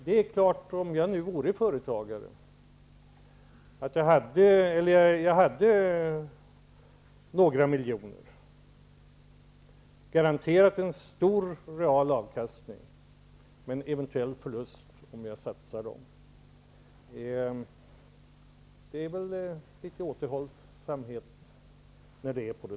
Det är klart att om jag nu vore företagare och hade några miljoner och garanterat en stor real avkastning, men eventuell förlust om jag satsade dem, skulle det bli viss återhållsamhet.